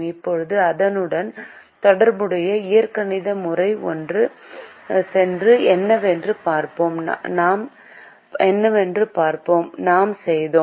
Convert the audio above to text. இப்போது அதனுடன் தொடர்புடைய இயற்கணித முறைக்குச் சென்று என்னவென்று பார்ப்போம் நாம் செய்தோம்